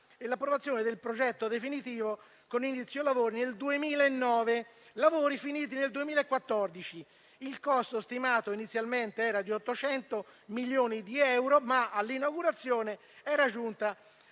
e l'approvazione del progetto definitivo con inizio lavori risale al 2009; i lavori sono finiti nel 2014. Il costo stimato inizialmente era di 800 milioni di euro, ma all'inaugurazione era giunto